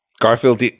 garfield